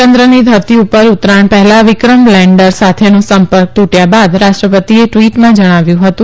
યંની ધરતી પર ઉતરાણ પહેલા વિક્રમ લેન્ડર સાથેનો ઇસરોનો સંપર્ક તૂટ્યા બાદ રાષ્ટ્રપતિએ ટિવટમાં જણાવ્યું હતું